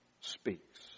speaks